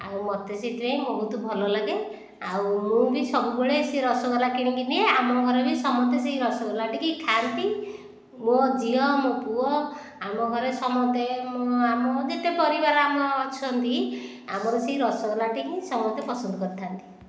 ଆଉ ମୋତେ ସେଥିପାଇଁ ବହୁତ ଭଲ ଲାଗେ ଆଉ ମୁଁ ବି ସବୁବେଳେ ସେ ରସଗୋଲା କିଣିକି ନିଏ ଆମ ଘରେ ବି ସମସ୍ତେ ସେହି ରସଗୋଲାଟି ଖାଆନ୍ତି ମୋ ଝିଅ ମୋ ପୁଅ ଆମ ଘରେ ସମସ୍ତେ ଆମ ଯେତେ ପରିବାର ଆମ ଅଛନ୍ତି ଆମର ସେହି ରସଗୋଲା ଟି ହିଁ ସମସ୍ତେ ପସନ୍ଦ କରିଥାନ୍ତି